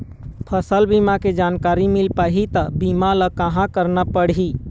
फसल बीमा के जानकारी मिल पाही ता बीमा ला कहां करना पढ़ी?